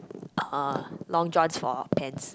uh long johns for pants